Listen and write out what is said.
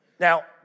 Now